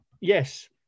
yes